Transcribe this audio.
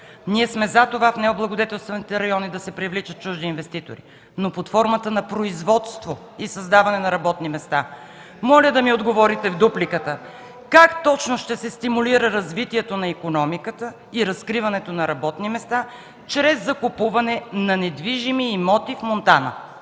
Ние сме за това в необлагодетелстваните райони да се привличат чужди инвеститори, но под формата на производство и създаване на работни места! (Реплика от народния представител Иван Костов.) Моля да ми отговорите в дупликата: как точно ще се стимулира развитието на икономиката и разкриването на работни места чрез закупуване на недвижими имоти в Монтана